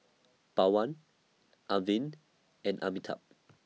Pawan Arvind and Amitabh